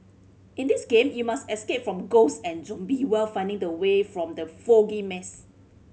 in this game you must escape from ghost and zombie while finding the way from the foggy maze